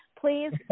please